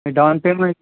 me down payment